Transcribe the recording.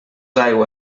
aigua